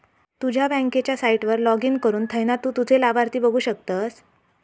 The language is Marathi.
तुझ्या बँकेच्या साईटवर लाॅगिन करुन थयना तु तुझे लाभार्थी बघु शकतस